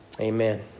Amen